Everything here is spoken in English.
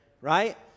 right